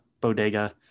bodega